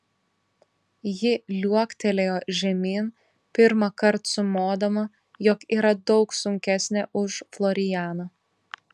ji liuoktelėjo žemyn pirmąkart sumodama jog yra daug sunkesnė už florianą